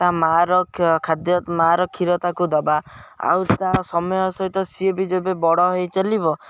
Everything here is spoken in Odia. ତା' ମାଆର ଖାଦ୍ୟ ମାଆର କ୍ଷୀର ତାକୁ ଦେବା ଆଉ ତା' ସମୟ ସହିତ ସିଏ ବି ଯେବେ ବଡ଼ ହେଇ ଚଲିବ